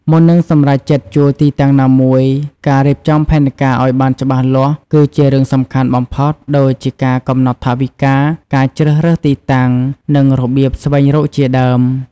មុននឹងសម្រេចចិត្តជួលទីតាំងណាមួយ ការរៀបចំផែនការឱ្យបានច្បាស់លាស់គឺជារឿងសំខាន់បំផុត ដូចជាការកំណត់ថវិកា ការជ្រើសរើសទីតាំង និងរបៀបស្វែងរកជាដើម។